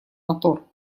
мотор